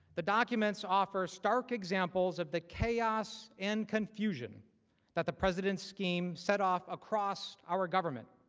the documents offer stark examples of the chaos and confusion that the president scheme set off across our government.